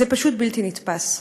זה פשוט בלתי נתפס.